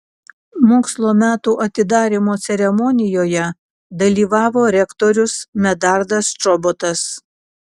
mokslo metų atidarymo ceremonijoje dalyvavo rektorius medardas čobotas